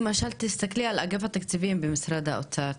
תסתכלי למשל על אגף התקציבים במשרד האוצר,